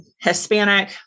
Hispanic